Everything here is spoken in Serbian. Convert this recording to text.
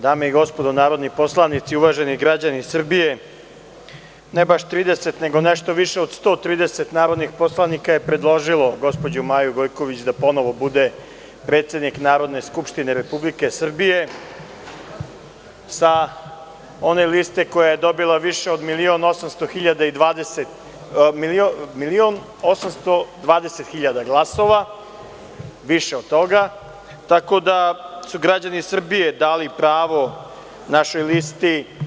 Dame i gospodo narodni poslanici, uvaženi građani Srbije, ne baš 30, nego nešto više od 130 narodnih poslanika je predložilo gospođu Maju Gojković da ponovo bude predsednik Narodne skupštine Republike Srbije sa one liste koja je dobila više od 1.820.000 glasova, tako da su građani Srbije dali pravo našoj listi.